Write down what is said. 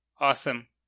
Awesome